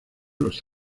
los